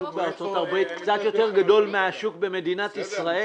השוק בארצות הברית קצת יותר גדול מהשוק במדינת ישראל